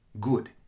Good